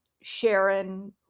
Sharon